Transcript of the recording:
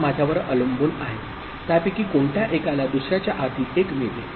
आता माझ्यावर अवलंबून आहे त्यापैकी कोणत्या एकाला दुसर्याच्या आधी 1 मिळते